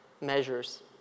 measures